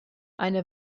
eine